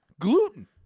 gluten